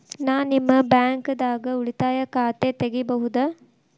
ನಾ ನಿಮ್ಮ ಬ್ಯಾಂಕ್ ದಾಗ ಉಳಿತಾಯ ಖಾತೆ ತೆಗಿಬಹುದ?